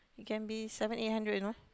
it can be seven eight hundred you know